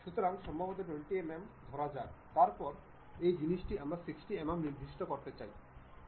সুতরাং সম্ভবত 20 mm ধরা যাক তারপর এই জিনিসটি আমরা 60 mm নির্দিষ্ট করতে চাই